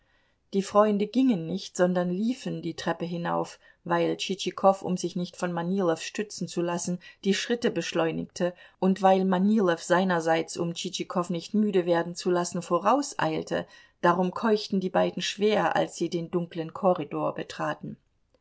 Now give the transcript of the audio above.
die freunde gingen nicht sondern liefen die treppe hinauf weil tschitschikow um sich nicht von manilow stützen zu lassen die schritte beschleunigte und weil manilow seinerseits um tschitschikow nicht müde werden zu lassen vorauseilte darum keuchten die beiden schwer als sie den dunklen korridor betraten